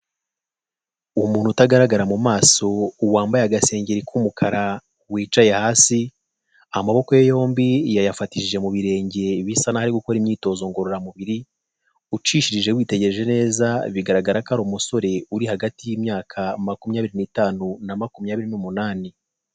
Umuntu utagaragara mu maso, wambaye agasengeri k'umukara, wicaye hasi, amaboko ye yombi yayafatishije mu birenge bisa n'aho ari gukora imyitozo ngororamubiri, ucishirije witegereje neza bigaragara ko ari umusore uri hagati y'imyaka makumyabiri n'itanu, na makumyabiri n'umunani.